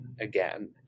again